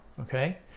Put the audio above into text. okay